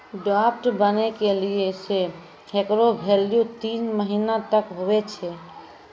draft बनै के दिन से हेकरो भेल्यू तीन महीना तक हुवै छै